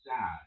sad